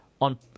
on